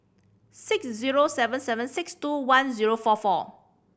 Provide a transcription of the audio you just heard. six zero seven seven six two one zero four four